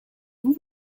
vous